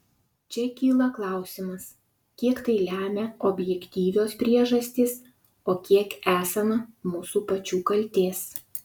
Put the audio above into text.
čia kyla klausimas kiek tai lemia objektyvios priežastys o kiek esama mūsų pačių kaltės